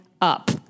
up